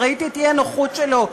וראיתי את האי-נוחות שלו,